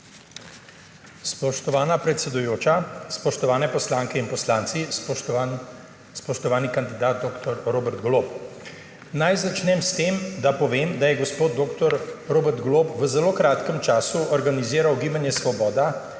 Spoštovana predsedujoča, spoštovane poslanke in poslanci, spoštovani kandidat dr. Robert Golob! Naj začnem s tem, da povem, da je gospod dr. Robert Golob v zelo kratkem času organiziral Gibanje Svoboda,